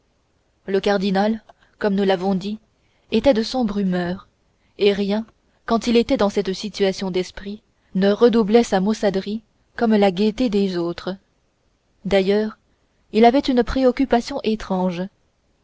le cardinal comme nous l'avons dit était de sombre humeur et rien quand il était dans cette situation d'esprit ne redoublait sa maussaderie comme la gaieté des autres d'ailleurs il avait une préoccupation étrange